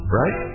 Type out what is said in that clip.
right